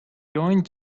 going